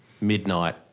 midnight